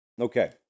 Okay